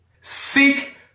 Seek